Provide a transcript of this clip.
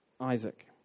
Isaac